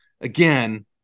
again